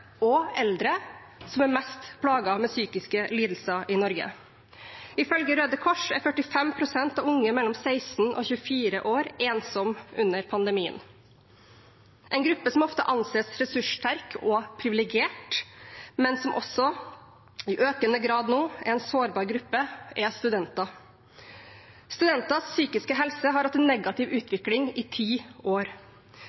og eldre som er mest plaget med psykiske lidelser i Norge. Ifølge Røde Kors er 45 pst. av unge mellom 16 og 24 år ensomme under pandemien. En gruppe som ofte anses som ressurssterk og privilegert, men som også i økende grad nå er en sårbar gruppe, er studenter. Studenters psykiske helse har hatt en negativ